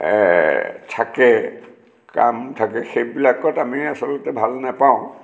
থাকে কাম থাকে সেইবিলাকত আমি আচলতে ভাল নেপাওঁ